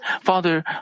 Father